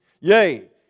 Yea